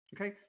Okay